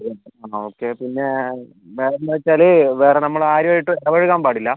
അ okay പിന്നെ വേറെ എന്താന്നുവച്ചാല് വേറെ നമ്മൾ ആരുമായിട്ടും ഇടപഴകാൻ പാടില്ല